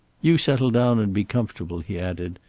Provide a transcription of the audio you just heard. you settle down and be comfortable, he added,